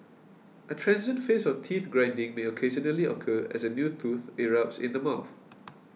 a transient phase of teeth grinding may occasionally occur as a new tooth erupts in the mouth